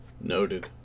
Noted